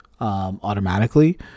automatically